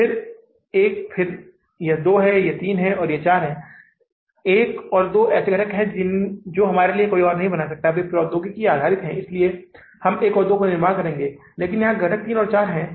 तो यह राशि कितनी है यह राशि 215530 या 215530 रुपये आती है जिसे हमने बैंक को वापस भुगतान किया था जिसमें 212000 मूल राशि है और 3530 ब्याज है